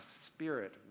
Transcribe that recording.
spirit